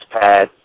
pad